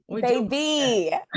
Baby